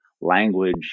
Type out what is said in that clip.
language